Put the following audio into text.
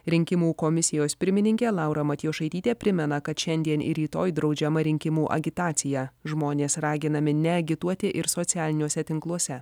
rinkimų komisijos pirmininkė laura matijošaitytė primena kad šiandien ir rytoj draudžiama rinkimų agitacija žmonės raginami neagituoti ir socialiniuose tinkluose